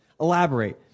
Elaborate